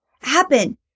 happen